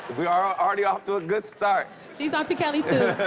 we're already off to a good start. she's onto kelly, too.